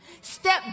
Step